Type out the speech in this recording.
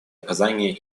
оказания